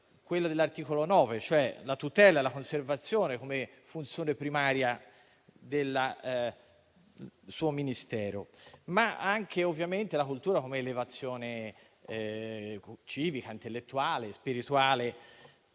prevista dall'articolo 9, cioè la tutela e la conservazione come funzione primaria del suo Ministero, ma anche, ovviamente, la cultura come elevazione civica, intellettuale e spirituale.